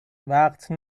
وقت